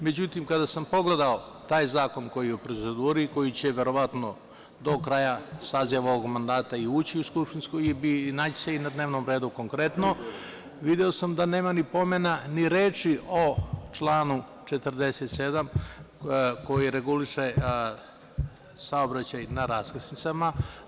Međutim, kada sam pogledao taj zakon koji je u proceduri i koji će, verovatno, do kraja saziva ovog mandata i ući u Skupštinu i naći se na dnevnom redu, video sam da nema ni reči o članu 47. koji reguliše saobraćaj na raskrsnicama.